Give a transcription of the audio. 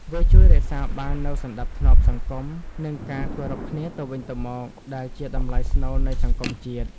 វាជួយរក្សាបាននូវសណ្តាប់ធ្នាប់សង្គម និងការគោរពគ្នាទៅវិញទៅមក ដែលជាតម្លៃស្នូលនៃសង្គមជាតិ។